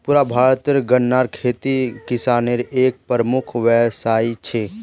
पुरा भारतत गन्नार खेती किसानेर एक प्रमुख व्यवसाय छे